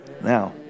Now